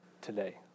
today